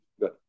Good